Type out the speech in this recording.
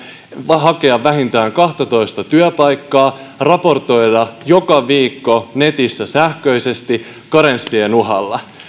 hakea vähintään kahtatoista työpaikkaa raportoida joka viikko netissä sähköisesti karenssien uhalla